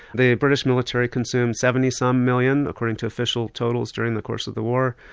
the british military consumed seventy some million according to official totals during the course of the war.